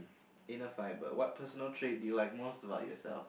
in a fiber what personal trait do you like most about yourself